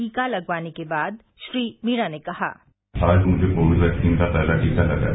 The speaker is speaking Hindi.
टीका लगवाने के बाद श्री मीणा ने कहा आज मुझे कोविड वैक्सीन का पहला टीका लगा है